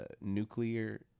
nuclear